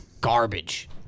Garbage